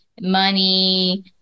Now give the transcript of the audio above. money